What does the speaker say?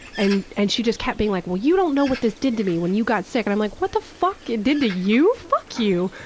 and and she just kept being like, well, you don't know what this did to me when you got sick. i'm like, what the fuck it did to you? fuck you!